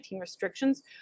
restrictions